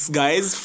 guys